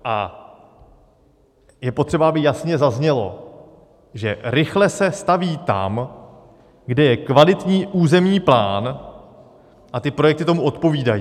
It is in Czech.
A je potřeba, aby jasně zaznělo, že rychle se staví tam, kde je kvalitní územní plán, a ty projekty tomu odpovídají.